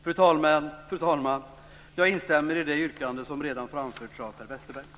Fru talman! Jag instämmer i det yrkande som redan har framförts av Per Westerberg.